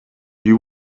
you